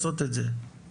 זה מחוץ ליישובים בכלל;